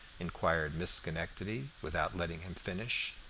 inquired miss schenectady, without letting him finish.